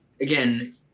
again